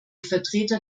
vertreter